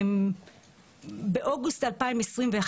באוגוסט 21,